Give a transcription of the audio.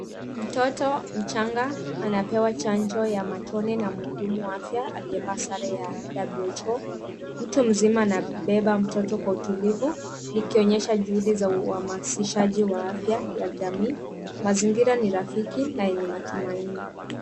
Mtoto mchanga anapewa chanjo ya matone na mhudumu wa afya aliyevaa sare ya WHO. Mtu mzima anabeba mtoto kwa utulivu, likionyesha juhudi za uhamasishaji wa afya ya jamii . Mazingira ni rafiki na yenye matumaini.